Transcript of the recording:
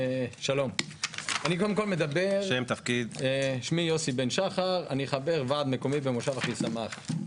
שמי יוסי בן שחר, חבר ועד מקומי באחיסמך.